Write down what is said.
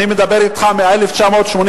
אני מדבר אתך מ-1988,